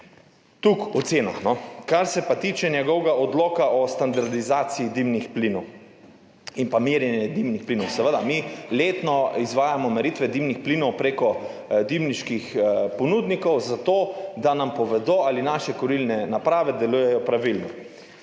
Toliko o cenah. Kar se pa tiče njegovega odloka o standardizaciji dimnih plinov in merjenju dimnih plinov. Seveda, mi letno izvajamo meritve dimnih plinov prek dimniških ponudnikov zato, da nam povedo, ali naše kurilne naprave delujejo pravilno.